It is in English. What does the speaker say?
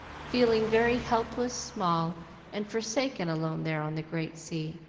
feeling very helpless, small and forsaken alone there on the great sea.